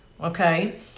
okay